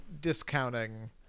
discounting